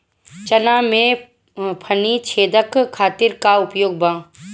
चना में फली छेदक खातिर का उपाय बा?